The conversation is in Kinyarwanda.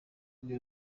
rwe